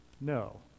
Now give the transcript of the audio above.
No